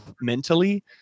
mentally